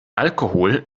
alkohol